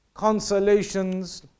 consolations